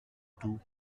tout